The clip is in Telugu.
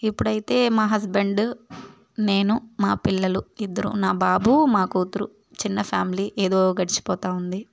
ఇప్పుడైతే మా హస్బెండు నేను మా పిల్లలు ఇద్దరు నా బాబు మా కూతురు చిన్న ఫ్యామిలీ ఏదో గడిచిపోతూ ఉంది